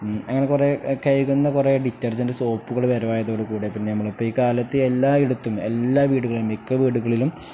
അങ്ങനെ കുറേ കഴുകുന്ന കുറേ ഡിറ്റർജൻറ് സോപ്പുകൾ വരവായത് കൂടെ പിന്നെ നമ്മൾ ഇപ്പം ഈ കാലത്ത് എല്ലായിടത്തും എല്ലാ വീടുകളും മിക്ക വീടുകളിലും